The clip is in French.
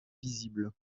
visibles